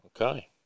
Okay